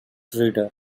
reader